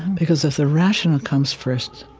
because if the rational comes first,